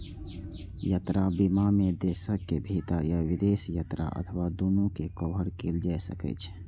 यात्रा बीमा मे देशक भीतर या विदेश यात्रा अथवा दूनू कें कवर कैल जा सकै छै